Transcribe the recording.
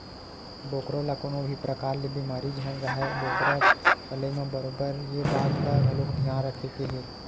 बोकरा ल कोनो भी परकार के बेमारी झन राहय बोकरा पलई म बरोबर ये बात ल घलोक धियान रखे के हे